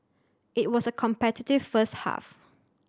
it was a competitive first half